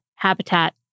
Habitat